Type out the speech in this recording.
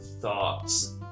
thoughts